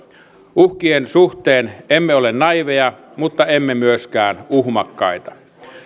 uhkien suhteen emme ole naiiveja mutta emme myöskään uhmakkaita